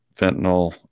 fentanyl